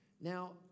Now